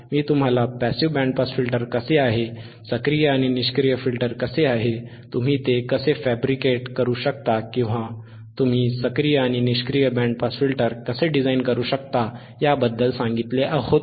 मी तुम्हाला passive band pass filter कसे आहे सक्रिय आणि निष्क्रिय फिल्टर कसे आहे तुम्ही ते कसे फॅब्रिकेट करू शकता किंवा तुम्ही सक्रिय आणि निष्क्रिय बँड पास फिल्टर कसे डिझाइन करू शकता याबद्दल सांगितले होते